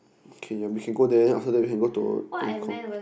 okay we can go there then after that we can go to Angkor